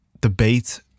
debate